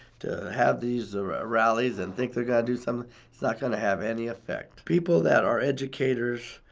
to have these rallies and think they're gonna do something. it's not gonna have any effect. people that are educators,